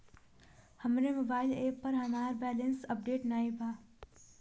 हमरे mobile app पर हमार बैलैंस अपडेट नाई बा